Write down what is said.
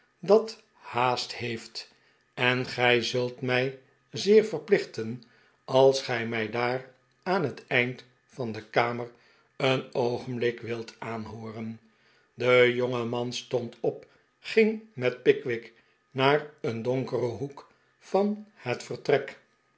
dat haast heeftj en gij zult mij zeer verplichten als gij mij daar aan het eind van de kamer een oogenblik wilt aanhooren de jongeman stond op ging met pickwick naar een donkeren hoek van het vertrek